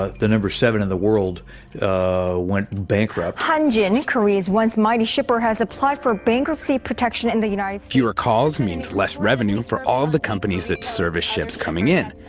ah the number seven in the world went bankrupt hanjin, korea's once mighty shipper, has applied for bankruptcy protection in the united states fewer calls means less revenue for all the companies that service ships coming in.